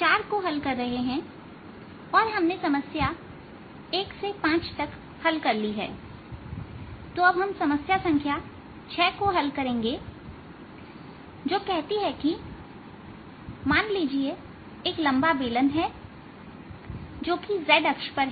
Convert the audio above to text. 4 को हल कर रहे हैं और हमने समस्या एक से पांच तक हल कर ली है तो अब हम समस्या संख्या 6 को हल करेंगेजो कहती है कि मान लीजिए एक लंबा बेलन है जो कि z अक्ष पर है